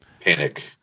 panic